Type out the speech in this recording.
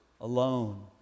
alone